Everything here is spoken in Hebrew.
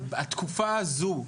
התקופה הזו,